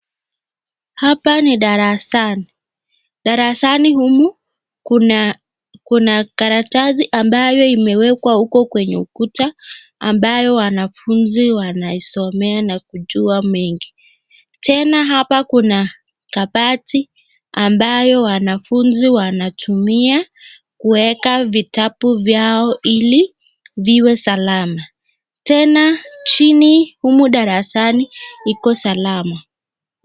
Hapa ni darasani. Darasani humu kuna karatasi ambayo imewekwa huko kwenye ukuta, ambayo wanafunzi wanaisomea na kujua mengi. Tena hapa kuna kabati ambayo wanafunzi wanatumia kueka vitabu vyao ili viwe salama, tena chini humu darasani iko salama.